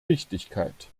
wichtigkeit